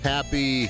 Happy